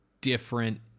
different